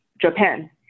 Japan